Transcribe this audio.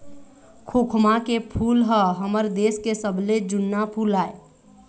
खोखमा के फूल ह हमर देश के सबले जुन्ना फूल आय